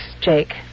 Jake